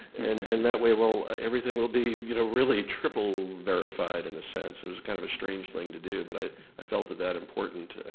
and and that way everything will be you know really triple verified in a sense. it was kind of a strange thing to do, but i i felt that that important.